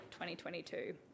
2022